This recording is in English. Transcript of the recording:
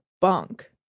bunk